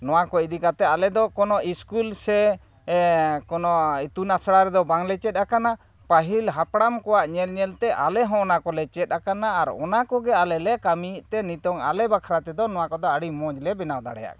ᱱᱚᱣᱟ ᱠᱚ ᱤᱫᱤ ᱠᱟᱛᱮ ᱟᱞᱮ ᱫᱚ ᱠᱳᱱᱳ ᱤᱥᱠᱩᱞ ᱥᱮ ᱠᱳᱱᱳ ᱤᱛᱩᱱ ᱟᱥᱟᱲᱟ ᱨᱮᱫᱚ ᱵᱟᱝᱞᱮ ᱪᱮᱫ ᱟᱠᱟᱱᱟ ᱯᱟᱹᱦᱤᱞ ᱦᱟᱯᱲᱟᱢ ᱠᱚᱣᱟᱜ ᱧᱮᱞ ᱧᱮᱞᱛᱮ ᱟᱞᱮ ᱦᱚᱸ ᱚᱟᱱᱠᱚᱞᱮ ᱪᱮᱫ ᱟᱠᱟᱱᱟ ᱟᱨ ᱚᱱᱟᱠᱚᱜᱮ ᱟᱞᱮ ᱞᱮ ᱠᱟᱹᱢᱤᱭᱮᱫ ᱛᱮ ᱱᱤᱛᱚᱝ ᱟᱞᱮ ᱵᱟᱠᱷᱟᱨᱟ ᱛᱮᱫᱚ ᱱᱚᱣᱟ ᱠᱚᱫᱚ ᱟᱹᱰᱤ ᱢᱚᱡᱽ ᱞᱮ ᱵᱮᱱᱟᱣ ᱫᱟᱲᱮᱭᱟᱜ ᱠᱟᱱᱟ